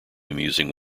amusing